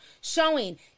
showing